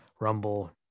Rumble